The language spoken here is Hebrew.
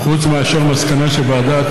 חוץ מאשר מסקנה של ועדה,